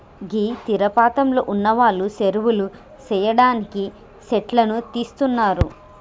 గీ తీరపాంతంలో ఉన్నవాళ్లు సెరువులు సెయ్యడానికి సెట్లను తీస్తున్నరు